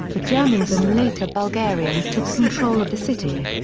the germans and later bulgarians took control of the city.